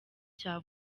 cya